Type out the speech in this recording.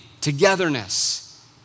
togetherness